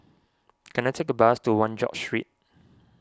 can I take a bus to one George Street